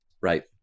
Right